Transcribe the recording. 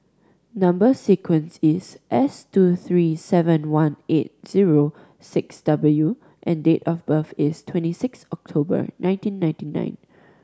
number sequence is S two three seven one eight zero six W and date of birth is twenty six October nineteen ninety nine